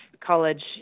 college